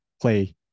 play